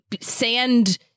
sand